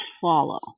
follow